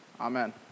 Amen